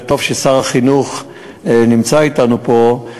וטוב ששר החינוך נמצא אתנו פה,